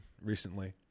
recently